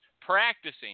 practicing